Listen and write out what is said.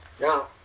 now